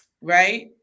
right